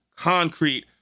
concrete